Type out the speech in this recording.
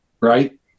right